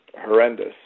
horrendous